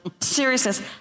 seriousness